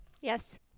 Yes